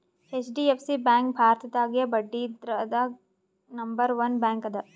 HDFC bank ಭಾರತದಾಗೇ ಬಡ್ಡಿದ್ರದಾಗ್ number one bank ಅದ